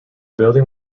building